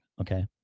Okay